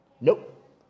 Nope